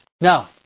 Now